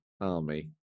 army